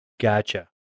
Gotcha